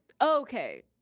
okay